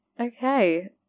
Okay